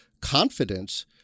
confidence